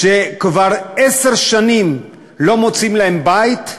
שכבר עשר שנים לא מוצאים להם בית,